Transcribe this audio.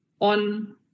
on